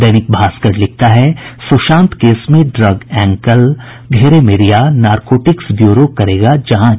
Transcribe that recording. दैनिक भास्कर लिखता है सुशांत केस में ड्रग एंगल घेरे में रिया नारकोटिक्स ब्यूरो करेगा जांच